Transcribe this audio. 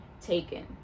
taken